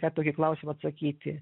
ką tokį klausimą atsakyti